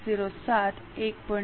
07 1